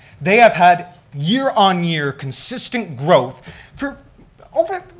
they have had year-on-year consistent growth for over,